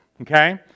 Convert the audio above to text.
okay